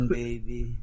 baby